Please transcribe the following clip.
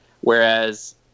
whereas